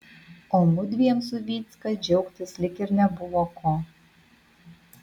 o mudviem su vycka džiaugtis lyg ir nebuvo ko